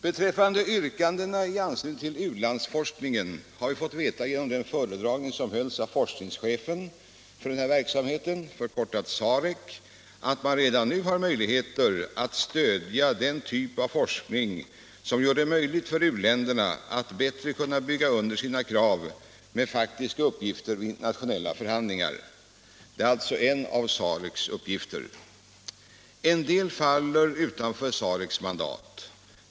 Beträffande yrkandena i anslutning till u-landsforskningen har vi genom den föredragning som hölls av forskningschefen för denna verksamhet fått veta att man redan nu har möjligheter att stödja denna typ av forskning, som gör det möjligt för u-länderna att bättre bygga under sina krav med faktiska uppgifter vid internationella förhandlingar. Det är alltså en av SAREK:s uppgifter. En del faller utanför SAREK:s mandat.